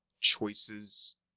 choices